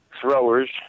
throwers